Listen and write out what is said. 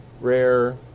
Rare